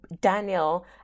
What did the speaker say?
Daniel